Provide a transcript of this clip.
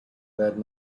that